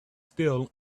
still